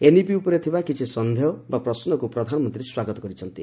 NEP ଉପରେ ଥିବା କିଛି ସନ୍ଦେହ ବା ପ୍ରଶ୍ନକୁ ପ୍ରଧାନମନ୍ତ୍ରୀ ସ୍ୱାଗତ କରିଛନ୍ତି